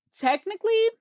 technically